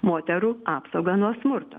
moterų apsaugą nuo smurto